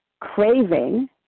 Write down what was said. craving